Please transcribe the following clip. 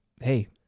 hey